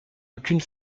aucune